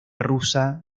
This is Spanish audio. rusa